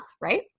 right